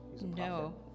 no